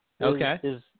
Okay